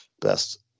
best